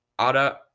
Ada